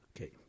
Okay